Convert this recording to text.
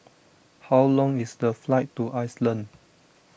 how long is the flight to Iceland